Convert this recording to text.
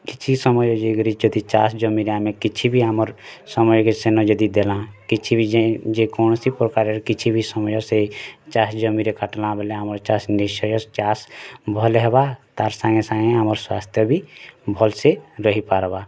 କିଛି ସମୟ ରେ ଯାଇ କରି ଯଦି ଚାଷ୍ ଜମି ରେ ଆମେ କିଛି ବି ଆମର୍ ସମୟ କେ ସେନ ଯଦି ଦେବା କିଛି ବି ଯେ ଯେ କୌଣସି ପ୍ରକାର୍ ରେ କିଛି ବି ସମୟ ସେ ଚାଷ୍ ଜମି ରେ କାଟମା ବେଲେ ଆମର୍ ଚାଷ୍ ନିଶ୍ଚୟ ଚାଷ୍ ଭଲ୍ ହେବା ତାର୍ ସାଙ୍ଗେ ସାଙ୍ଗେ ଆମର୍ ସ୍ଵାସ୍ଥ୍ୟ ବି ଭଲ୍ ସେ ରହି ପାରବା